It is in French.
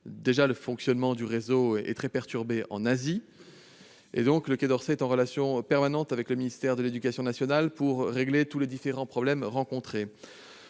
que le fonctionnement du réseau est déjà très perturbé en Asie. Le Quai d'Orsay est en relation permanente avec le ministère de l'éducation nationale pour régler tous les différents problèmes rencontrés.